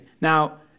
Now